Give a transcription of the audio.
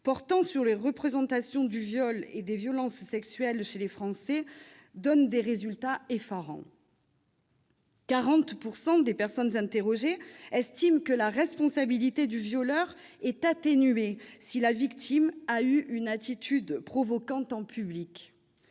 portant sur les représentations du viol et des violences sexuelles chez les Français donne des résultats effarants : 40 % des personnes interrogées estiment que la responsabilité du violeur est atténuée si la victime a eu une attitude provocante en public